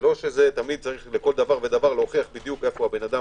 לא כל דבר צריך להוכיח בדיוק איפה האדם